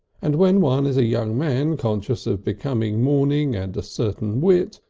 and when one is a young man conscious of becoming mourning and a certain wit,